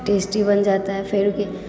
tasty बन जाता है फिर